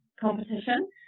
competition